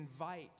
invite